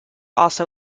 also